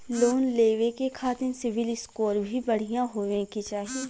Loan लेवे के खातिन सिविल स्कोर भी बढ़िया होवें के चाही?